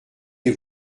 les